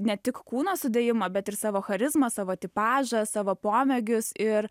ne tik kūno sudėjimą bet ir savo charizmą savo tipažą savo pomėgius ir